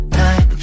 night